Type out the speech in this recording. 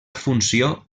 funció